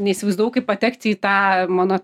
neįsivaizdavau kaip patekti į tą mano